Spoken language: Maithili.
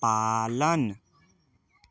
पालन